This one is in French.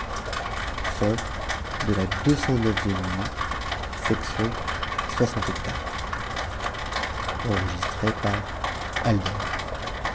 conte la nuit